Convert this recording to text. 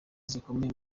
zikomeye